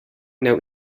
note